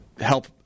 help